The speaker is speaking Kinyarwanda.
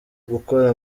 gukora